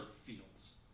fields